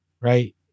right